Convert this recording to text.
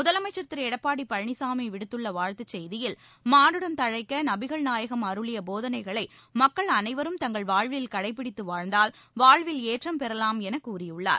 முதலமைச்ச் திரு எடப்பாடி பழனிசாமி விடுத்துள்ள வாழ்த்து செய்தியில் மானுடம் தழைக்க நபிகள் நாயகம் அருளிய போதனைகளை மக்கள் அனைவரும் தங்கள் வாழ்வில் கடைபிடித்து வாழ்ந்தால் வாழ்வில் ஏற்றம் பெறலாம் என கூறியுள்ளார்